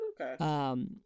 Okay